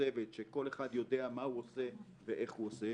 מתוקצבת שכל אחד יודע מה הוא עושה ואיך הוא עושה.